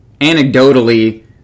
Anecdotally